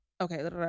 okay